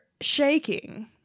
shaking